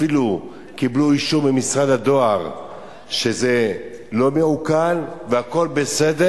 אפילו קיבלו אישור ממשרד הדואר שזה לא מעוקל והכול בסדר,